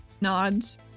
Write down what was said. Nods